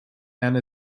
and